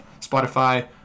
Spotify